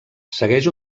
segueix